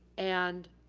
and